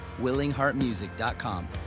willingheartmusic.com